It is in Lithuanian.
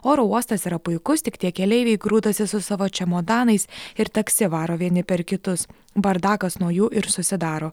oro uostas yra puikus tik tie keleiviai grūdasi su savo čemodanais ir taksi varo vieni per kitus bardakas nuo jų ir susidaro